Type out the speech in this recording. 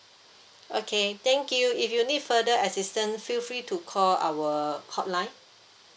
okay thank you if you need further assistance feel free to call our hotline